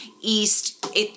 East